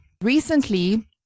Recently